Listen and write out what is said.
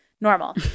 Normal